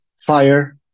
fire